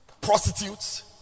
Prostitutes